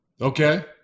Okay